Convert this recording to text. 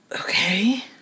Okay